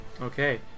Okay